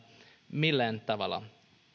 millään tavalla